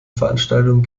veranstaltungen